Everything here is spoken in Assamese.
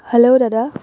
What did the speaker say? হেলও দাদা